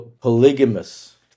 polygamous